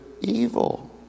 evil